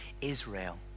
Israel